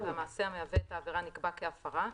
והמעשה המהווה את העבירה נקבע כהפרה,